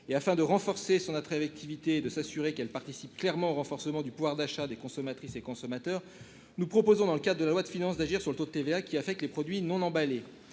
Afin de renforcer son attractivité et de s'assurer qu'elle participe au renforcement du pouvoir d'achat des consommatrices et consommateurs, nous proposons, dans le cadre de la loi de finances, d'agir sur le taux de TVA applicable aux produits non emballés.